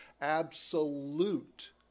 absolute